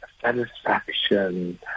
satisfaction